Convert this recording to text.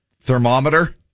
thermometer